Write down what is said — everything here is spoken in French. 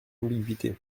ambiguïté